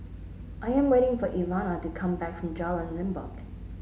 I am waiting for Ivana to come back from Jalan Limbok